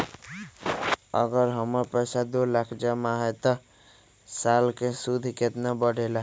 अगर हमर पैसा दो लाख जमा है त साल के सूद केतना बढेला?